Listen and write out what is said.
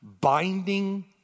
Binding